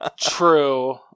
True